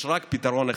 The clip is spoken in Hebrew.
יש רק פתרון אחד.